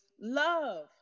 love